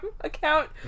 account